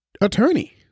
attorney